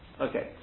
Okay